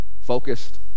Focused